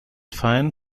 fan